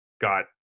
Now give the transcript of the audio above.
got